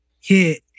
hit